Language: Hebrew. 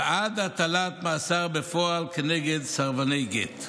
ועד הטלת מאסר בפועל כנגד סרבני גט.